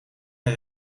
een